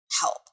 help